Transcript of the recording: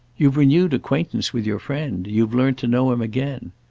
you've renewed acquaintance with your friend you've learnt to know him again.